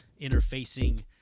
interfacing